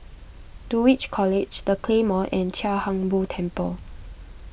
Dulwich College the Claymore and Chia Hung Boo Temple